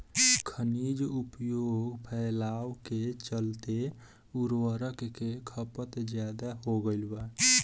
खनिज उपयोग फैलाव के चलते उर्वरक के खपत ज्यादा हो गईल बा